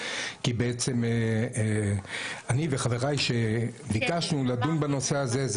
כי בעצם אני וחבריי שביקשנו לדון בנושא הזה,